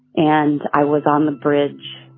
and i was on the bridge,